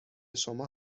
شما